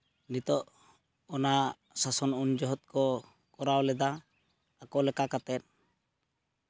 ᱱᱤᱛᱚᱜ ᱚᱱᱟ ᱥᱟᱥᱚᱱ ᱩᱱ ᱡᱚᱦᱚᱜ ᱠᱚ ᱠᱚᱨᱟᱣ ᱞᱮᱫᱟ ᱟᱠᱚ ᱞᱮᱠᱟ ᱠᱟᱛᱮᱫ